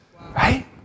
Right